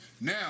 Now